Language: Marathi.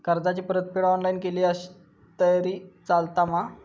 कर्जाची परतफेड ऑनलाइन केली तरी चलता मा?